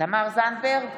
תמר זנדברג,